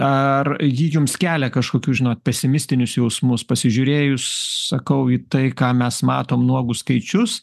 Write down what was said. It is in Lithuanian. ar ji jums kelia kažkokius žinot pesimistinius jausmus pasižiūrėjus sakau į tai ką mes matom nuogus skaičius